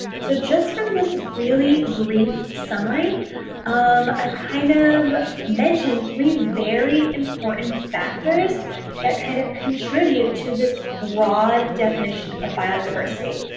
so just from this really brief summary um i've kind of mentioned three very import and factors that kind of contribute to this broad definition of biodiversity.